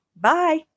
Bye